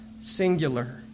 singular